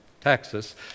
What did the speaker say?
Texas